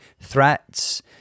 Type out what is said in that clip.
threats